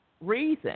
reason